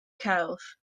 celf